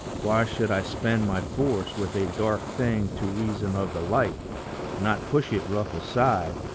why should i spend my force with a dark thing to reason of the light not push it rough aside,